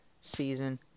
season